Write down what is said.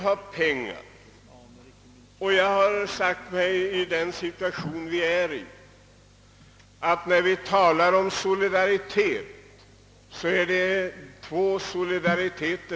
Jag har sagt mig att vi i den situation vi befinner oss skall visa två slags solidaritet.